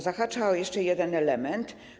Zahacza to o jeszcze jeden element.